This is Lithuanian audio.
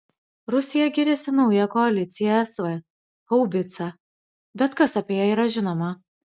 rusija giriasi nauja koalicija sv haubica bet kas apie ją yra žinoma